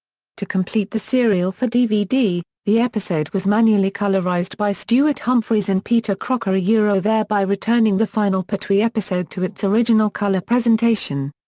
to complete the serial for dvd, the episode was manually colourised by stuart humphryes and peter crocker yeah thereby returning the final pertwee episode to its original colour presentation.